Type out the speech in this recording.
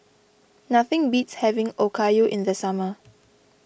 nothing beats having Okayu in the summer